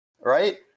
Right